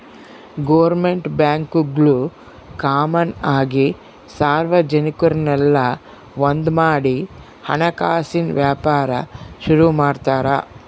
government ಬ್ಯಾಂಕ್ಗುಳು common ಆಗಿ ಸಾರ್ವಜನಿಕುರ್ನೆಲ್ಲ ಒಂದ್ಮಾಡಿ ಹಣಕಾಸಿನ್ ವ್ಯಾಪಾರ ಶುರು ಮಾಡ್ತಾರ